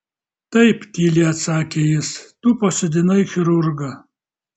taip tyliai atsakė jis tu pasodinai chirurgą